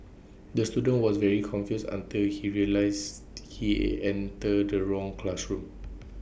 the student was very confused until he realised he entered the wrong classroom